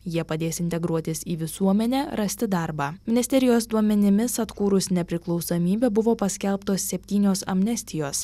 jie padės integruotis į visuomenę rasti darbą ministerijos duomenimis atkūrus nepriklausomybę buvo paskelbtos septynios amnestijos